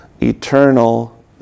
eternal